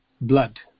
blood